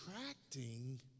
attracting